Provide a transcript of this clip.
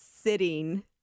sitting